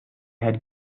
had